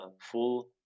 full